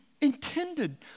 intended